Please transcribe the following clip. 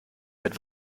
mit